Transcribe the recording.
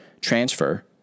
transfer